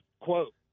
quote